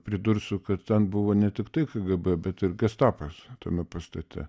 pridursiu kad ten buvo ne tiktai kgb bet ir gestapas tame pastate